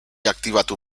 aktibatu